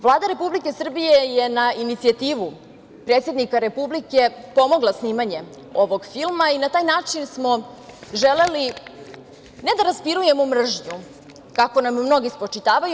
Vlada Republike Srbije je na inicijativu predsednika Republike pomogla snimanje ovog filma i na taj način smo želeli, ne da raspirujemo mržnju, kako nam mnogi spočitavaju.